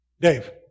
Dave